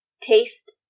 taste